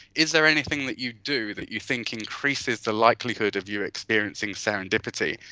is there anything that you do that you think increases the likelihood of you experiencing serendipity?